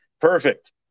Perfect